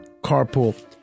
carpool